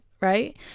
right